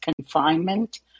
confinement